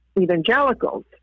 evangelicals